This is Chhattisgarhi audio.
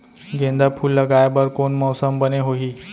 गेंदा फूल लगाए बर कोन मौसम बने होही?